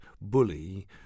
bully